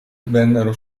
vennero